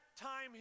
time